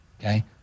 okay